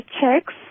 checks